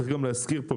צריך להזכיר פה,